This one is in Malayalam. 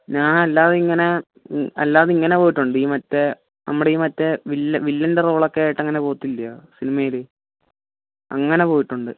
ഞാൻ അല്ലാതെ ഇങ്ങനെ അല്ലാതെ ഇങ്ങനെ പോയിട്ടുണ്ട് ഈ മറ്റേ നമ്മുടെ ഈ മറ്റേ വില്ലൻ്റെ റോളൊക്കെ ആയിട്ട് അങ്ങനെ പോകത്തില്ലയോ സിനിമയിൽ അങ്ങനെ പോയിട്ടുണ്ട്